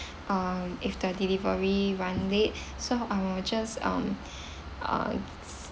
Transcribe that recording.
um if the delivery run late so I will just um uh